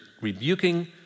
rebuking